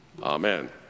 Amen